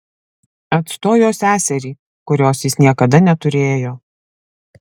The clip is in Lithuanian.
atstojo seserį kurios jis niekada neturėjo